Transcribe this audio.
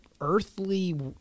earthly